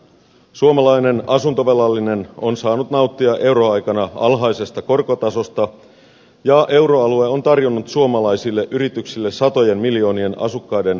suomalainen asuntovelallinen on saanut nauttia euroaikana alhaisesta korkotasosta ja euroalue on tarjonnut suomalaisille yrityksille satojen miljoonien asukkaiden kotimarkkinat